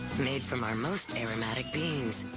made from our most aromatic beans.